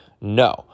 no